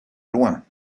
loin